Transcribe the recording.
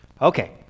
Okay